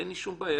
אין לי שום בעיה.